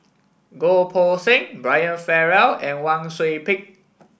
Goh Poh Seng Brian Farrell and Wang Sui Pick